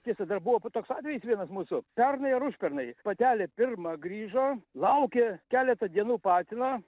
tiesa dar buvo toks atvejis vienas mūsų pernai ar užpernai patelė pirma grįžo laukė keletą dienų patino